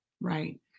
Right